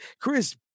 Chris